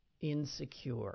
insecure